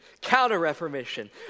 counter-reformation